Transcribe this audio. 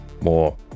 more